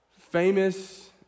famous